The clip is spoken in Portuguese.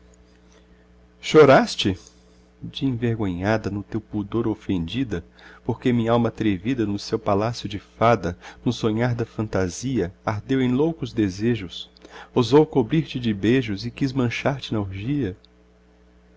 choraste de envergonhada no teu pudor ofendida porque minhalma atrevida no seu palácio de fada no sonhar da fantasia ardeu em loucos desejos ousou cobrir-te de beijos e quis manchar te na orgia